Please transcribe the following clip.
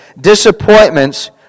Disappointments